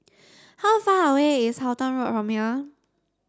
how far away is Halton Road from here